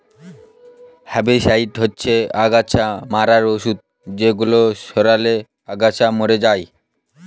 herbicide হচ্ছে অগাছা মারার ঔষধ যেগুলো ছড়ালে আগাছা মরে যায়